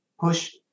push